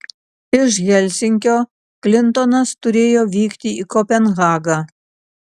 iš helsinkio klintonas turėjo vykti į kopenhagą